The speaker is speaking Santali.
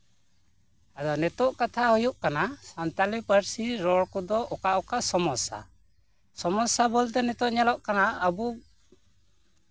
ᱟᱫᱚ ᱱᱤᱛᱳᱜ ᱠᱟᱠᱛᱷᱟ ᱦᱩᱭᱩᱜ ᱠᱟᱱᱟ ᱥᱟᱱᱛᱟᱲᱤ ᱯᱟᱹᱨᱥᱤ ᱨᱚᱲ ᱨᱚᱲ ᱠᱚᱫᱚ ᱚᱠᱟᱼᱚᱠᱟ ᱥᱚᱢᱚᱥᱥᱟ ᱥᱚᱢᱚᱥᱥᱟ ᱵᱚᱞᱛᱮ ᱱᱤᱛᱳᱜ ᱧᱮᱞᱚᱜ ᱠᱟᱱᱟ ᱟᱵᱚ